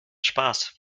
spaß